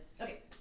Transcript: Okay